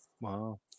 wow